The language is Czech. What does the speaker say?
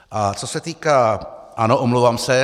A co se týká... ano, omlouvám se.